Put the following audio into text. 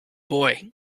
boy